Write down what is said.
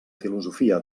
filosofia